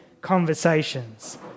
conversations